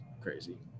crazy